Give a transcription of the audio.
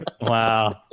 wow